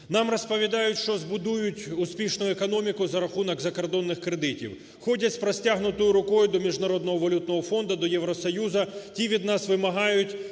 Нам розповідають, що збудують успішну економіку за рахунок закордонних кредитів. Ходять з простягнутою рукою до Міжнародного валютного фонду, до Євросоюзу, ті від нас вимагають